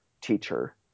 teacher